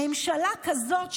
ממשלה כזאת,